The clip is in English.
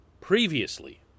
previously